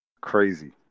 Crazy